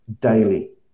daily